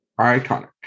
Iconic